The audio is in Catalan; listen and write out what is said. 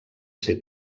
ser